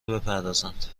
بپردازند